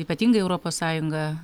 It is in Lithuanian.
ypatingai europos sąjunga